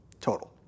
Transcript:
total